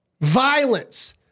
violence